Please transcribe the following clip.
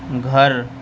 گھر